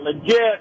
legit